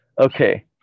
Okay